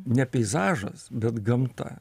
ne peizažas bet gamta